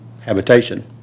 habitation